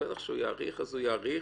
בטח שהוא יאריך, אז הוא יאריך,